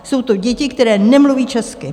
Jsou to děti, které nemluví česky.